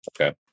okay